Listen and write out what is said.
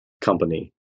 company